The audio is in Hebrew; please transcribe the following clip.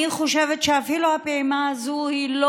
אני חושבת שאפילו הפעימה הזאת לא